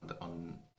on